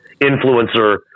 influencer